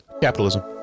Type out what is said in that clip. capitalism